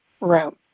room